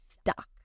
stuck